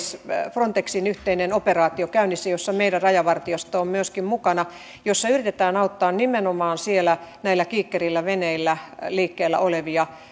frontexin yhteinen operaatio käynnissä jossa myöskin meidän rajavartiosto on mukana jossa yritetään auttaa nimenomaan siellä näillä kiikkerillä veneillä liikkeellä olevia